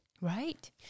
Right